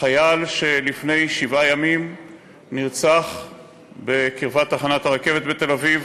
החייל שנרצח לפני שבעה ימים בקרבת תחנת הרכבת בתל-אביב